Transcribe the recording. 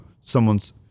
someone's